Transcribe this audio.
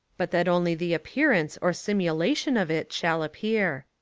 but that only the appearance or simulation of it shall appear.